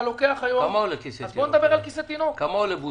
כמה עולה בוסטר?